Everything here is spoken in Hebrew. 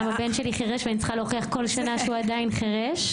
גם הבן שלי חירש ואני צריכה להוכיח כל שנה שהוא עדיין חירש.